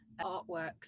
artworks